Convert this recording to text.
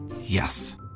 Yes